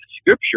Scripture